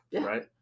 right